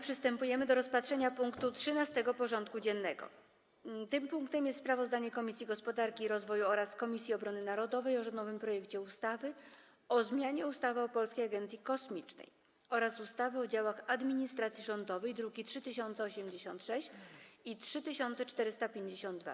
Przystępujemy do rozpatrzenia punktu 13. porządku dziennego: Sprawozdanie Komisji Gospodarki i Rozwoju oraz Komisji Obrony Narodowej o rządowym projekcie ustawy o zmianie ustawy o Polskiej Agencji Kosmicznej oraz ustawy o działach administracji rządowej (druki nr 3086 i 3452)